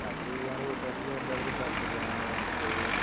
യാത്ര ചെയ്യാന് വീട്ട്കാര്ക്ക് എല്ലാവര്ക്കും താല്പര്യമാണ് യാത്ര ചെയ്ത്